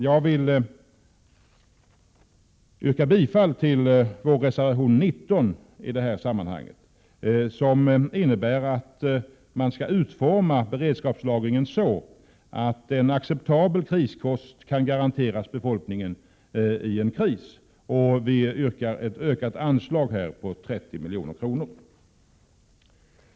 Jag vill i detta sammanhang yrka bifall till vår reservation 19, där vi kräver att beredskapslagringen skall utformas så, att en acceptabel kriskost kan garanteras befolkningen i en kris. Vi yrkar här på ett ökat anslag med 30 milj.kr.